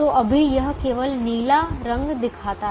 तो अभी यह केवल नीला रंग दिखाता है